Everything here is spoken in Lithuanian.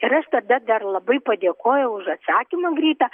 ir aš tada dar labai padėkojau už atsakymą greitą